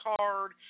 card